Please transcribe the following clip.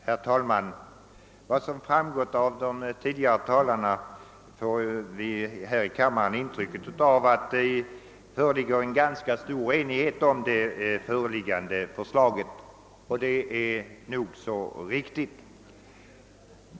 Herr talman! Av de tidigare anförandena har kammarens ledamöter antagligen fått det intrycket att det inom utskottet råder ganska stor enighet om föreliggande förslag. Detta är också riktigt.